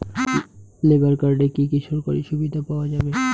Labour কার্ডে কি কি সরকারি সুবিধা পাওয়া যাবে?